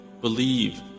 Believe